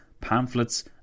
pamphlets